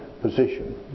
position